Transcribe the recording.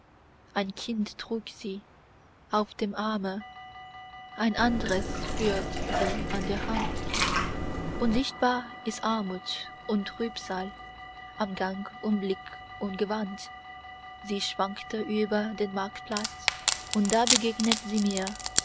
ein kind trug sie auf dem arme ein andres führt sie an der hand und sichtbar ist armut und trübsal am gang und blick und gewand sie schwankte über den marktplatz und da begegnet sie mir